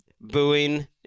booing